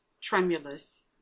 tremulous